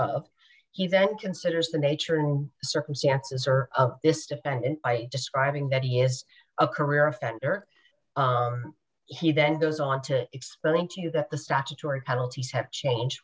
of event considers the nature and circumstances or this defendant i just driving that he is a career offender he then goes on to explain to you that the statutory penalties have changed